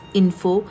info